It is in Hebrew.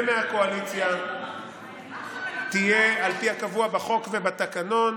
ומהקואליציה תהיה על פי הקבוע בחוק ובתקנון.